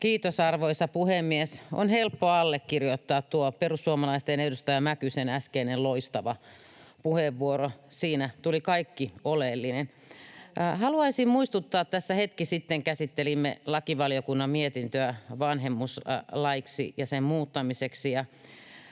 Kiitos, arvoisa puhemies! On helppo allekirjoittaa tuo perussuomalaisten edustaja Mäkysen äskeinen loistava puheenvuoro. Siinä tuli kaikki oleellinen. Haluaisin muistuttaa, kun tässä hetki sitten käsittelimme lakivaliokunnan mietintöä vanhemmuuslaiksi ja sen muuttamiseksi,